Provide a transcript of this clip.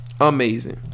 Amazing